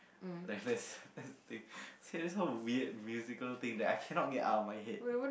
like that's that's the thing this is how weird musical thing that I cannot get out of my head